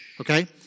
okay